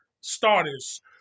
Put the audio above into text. starters